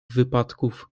wypadków